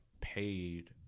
paid